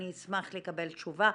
אנחנו נשמח לקבל תשובה.